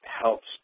helps